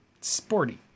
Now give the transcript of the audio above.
sporty